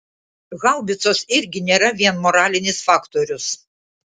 haubicos irgi nėra vien moralinis faktorius